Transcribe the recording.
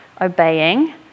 obeying